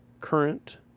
current